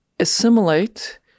assimilate